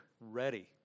ready